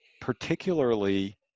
particularly